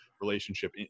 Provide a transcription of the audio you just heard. relationship